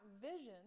vision